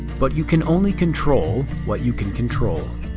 but you can only control what you can control.